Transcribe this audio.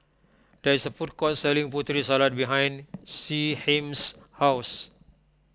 there is a food court selling Putri Salad behind Shyheim's house